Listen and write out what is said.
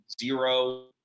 zero